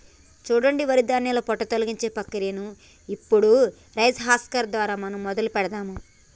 సూడండి వరి ధాన్యాల పొట్టు తొలగించే ప్రక్రియను ఇప్పుడు రైస్ హస్కర్ దారా మనం మొదలు పెడదాము